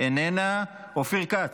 יאסר חוג'יראת,